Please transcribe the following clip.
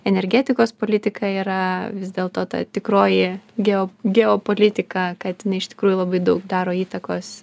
energetikos politika yra vis dėlto ta tikroji geo geopolitika kad jinai iš tikrųjų labai daug daro įtakos